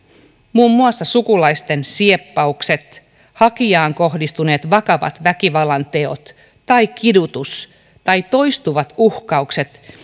muun muassa sukulaisten sieppaukset hakijaan kohdistuneet vakavat väkivallanteot tai kidutus tai toistuvat uhkaukset